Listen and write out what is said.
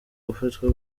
gufatwa